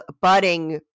budding